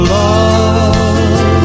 love